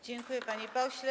Dziękuję, panie pośle.